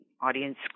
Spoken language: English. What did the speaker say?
audience